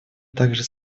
также